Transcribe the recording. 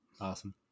Awesome